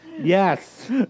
Yes